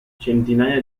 centinaia